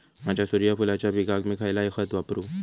माझ्या सूर्यफुलाच्या पिकाक मी खयला खत वापरू?